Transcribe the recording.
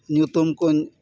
ᱧᱩᱛᱩᱢ ᱠᱩᱧ